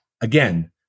again